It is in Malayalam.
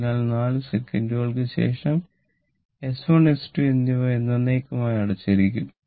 അതിനാൽ 4 സെക്കന്റുകൾക്ക് ശേഷം S1 S2 എന്നിവ എന്നെന്നേക്കുമായി അടച്ചിരിക്കും